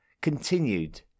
continued